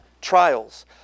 trials